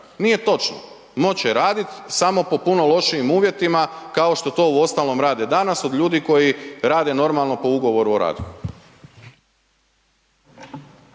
nije točno, moći će radit samo po puno lošijim uvjetima kao što to uostalom rade danas od ljudi koji rade normalno po Ugovoru o radu.